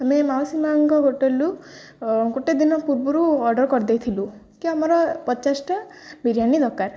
ଆମେ ମାଉସୀ ମାଙ୍କ ହୋଟେଲରୁୁ ଗୋଟେ ଦିନ ପୂର୍ବରୁ ଅର୍ଡର୍ କରିଦେଇଥିଲୁ କି ଆମର ପଚାଶଟା ବିରିୟାନୀ ଦରକାର